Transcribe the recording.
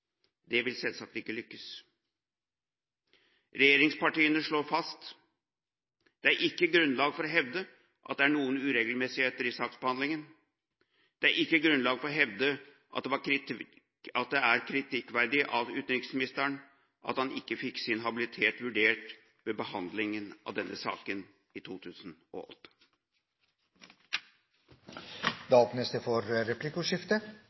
Det vil selvsagt ikke lykkes. Regjeringspartiene slår fast: Det er ikke grunnlag for å hevde at det er noen uregelmessigheter i saksbehandlingen. Det er ikke grunnlag for å hevde at det er kritikkverdig av utenriksministeren ikke å få sin habilitet vurdert ved behandlingen av denne saken i 2008. Det åpnes for replikkordskifte.